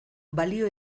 balio